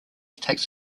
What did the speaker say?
takes